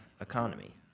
economy